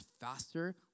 faster